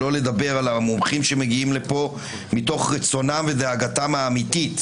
שלא לדבר על המומחים שמגיעים לכאן מתוך רצונם ודאגתם האמיתית,